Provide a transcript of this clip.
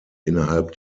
innerhalb